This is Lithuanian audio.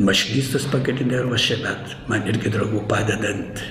mašinistus pagrinde ruošė bet man irgi draugų padedant